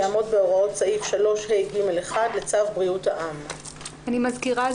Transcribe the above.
יעמוד בהוראות סעיף 3ה(ג1) לצו בריאות העם; אני מזכירה,